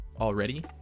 already